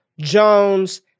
Jones